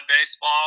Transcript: baseball